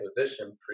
position